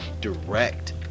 direct